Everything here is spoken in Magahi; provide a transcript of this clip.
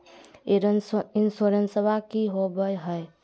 इंसोरेंसबा की होंबई हय?